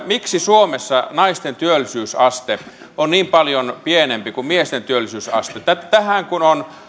miksi suomessa naisten työllisyysaste on niin paljon pienempi kuin miesten työllisyysaste on